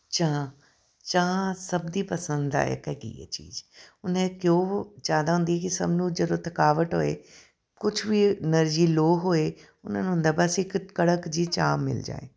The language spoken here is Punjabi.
ਚਾਹ ਚਾਹ ਸਭ ਦੀ ਪਸੰਦਾਇਕ ਹੈਗੀ ਹੈ ਚੀਜ਼ ਹੁਣ ਇਹ ਕਿਉਂ ਜ਼ਿਆਦਾ ਹੁੰਦੀ ਕਿ ਸਭ ਨੂੰ ਜਦੋਂ ਥਕਾਵਟ ਹੋਏ ਕੁਛ ਵੀ ਐਨਰਜੀ ਲੋਅ ਹੋਏ ਉਹਨਾਂ ਨੂੰ ਹੁੰਦਾ ਬਸ ਇੱਕ ਕੜਕ ਜਿਹੀ ਚਾਹ ਮਿਲ ਜਾਏ